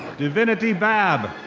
divinity babb.